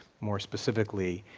more specifically,